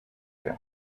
him